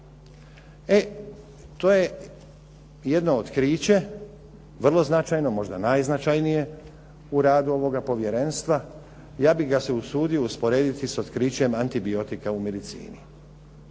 E, to je jedno otkriće vrlo značajno, možda najznačajnije u radu ovoga povjerenstva. Ja bih ga se usudio usporediti s otkrićem antibiotika u medicini.